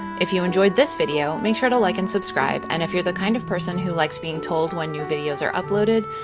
if you enjoyed this video, make sure to like and subscribe, and if you're the kind of person who likes being told when new videos are uploaded,